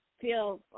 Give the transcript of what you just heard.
feel